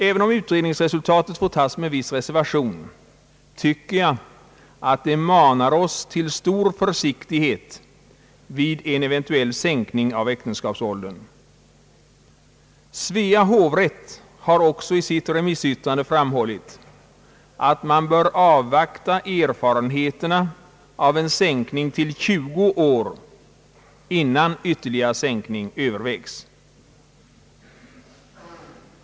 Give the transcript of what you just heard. Även om utredningsresultatet får tas med viss reservation tycker jag att det manar oss till stor försiktighet vid en eventuell sänkning av äktenskapsåldern. Svea hovrätt har också i sitt remissyttrande framhållit att man bör avvakta erfarenheterna av en sänkning till 20 år, innan ytterligare sänkning övervägs.